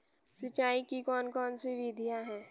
सिंचाई की कौन कौन सी विधियां हैं?